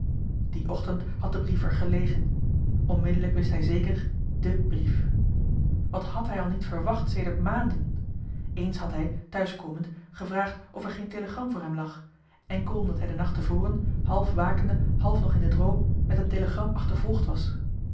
dien ochtend had de brief er gelegen onmiddellijk wist hij zeker de brief wat had hij al niet verwacht sedert maanden eens had hij thuiskomend gevraagd of er geen telegram voor hem lag enkel omdat hij den nacht te voren half wakende half nog in den droom met een telegram achtervolgd was